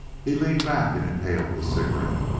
he leaned back and inhaled his cigarette.